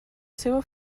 seua